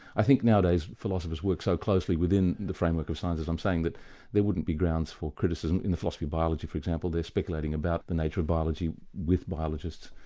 i think nowadays philosophers work so closely within within the framework of scientists, i'm saying that there wouldn't be grounds for criticism. in the philosophy of biology for example, they're speculating about the nature of biology with biologists,